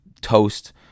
toast